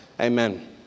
Amen